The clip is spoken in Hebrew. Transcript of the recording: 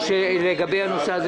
תסביר איזו פנייה זאת.